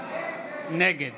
נגד